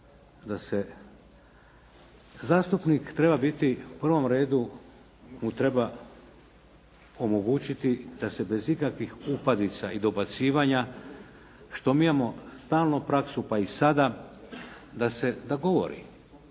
da zastupnik treba biti u prvom redu, da mu treba omogućiti da se bez ikakvih upadica i dobacivanja, što mi imamo stalno praksu pa i sada, da govori.